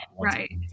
Right